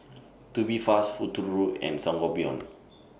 Tubifast Futuro and Sangobion